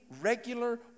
regular